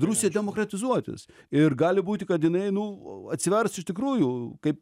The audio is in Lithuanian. rusija demokratizuotis ir gali būti kad jinai nu a atsivers iš tikrųjų kaip